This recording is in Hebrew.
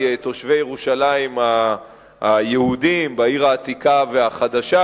תושבי ירושלים היהודים בעיר העתיקה והחדשה,